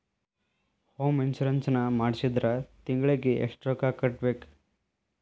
Home insurance ನ ಮಾಡ್ಸಿದ್ರ ತಿಂಗ್ಳಿಗೆ ಎಷ್ಟ್ ರೊಕ್ಕಾ ಕಟ್ಬೇಕ್?